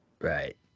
Right